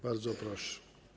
Bardzo proszę.